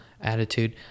attitude